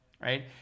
right